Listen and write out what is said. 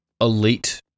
elite